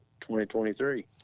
2023